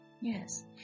Yes